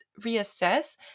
reassess